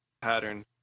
pattern